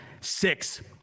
Six